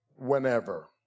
whenever